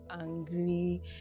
angry